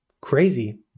Crazy